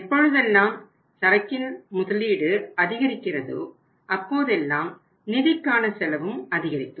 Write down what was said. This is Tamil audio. எப்பொழுதெல்லாம் சரக்கின் முதலீடு அதிகரிக்கிறதோ அப்போதெல்லாம் நிதிக்கான செலவும் அதிகரிக்கும்